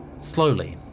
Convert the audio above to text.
Slowly